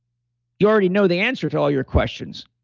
you already know the answer to all your questions